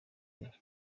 iri